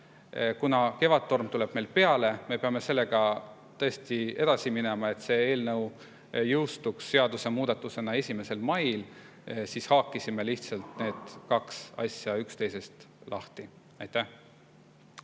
Kuna Kevadtorm tuleb peale ja me peame [menetlusega] tõesti edasi minema, et eelnõu jõustuks seadusemuudatusena 1. mail, siis haakisime lihtsalt need kaks asja üksteisest lahti. Aitäh